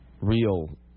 real